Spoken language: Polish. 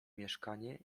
mieszkanie